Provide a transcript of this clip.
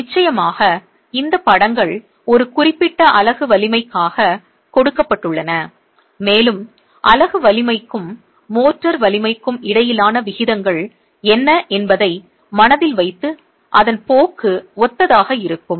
நிச்சயமாக இந்த படங்கள் ஒரு குறிப்பிட்ட அலகு வலிமைக்காக கொடுக்கப்பட்டுள்ளன மேலும் அலகு வலிமைக்கும் மோர்டார் வலிமைக்கும் இடையிலான விகிதங்கள் என்ன என்பதை மனதில் வைத்து அதன் போக்கு ஒத்ததாக இருக்கும்